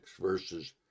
verses